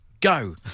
Go